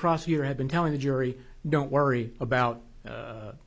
prosecutor had been telling the jury don't worry about